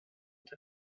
der